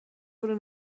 wurde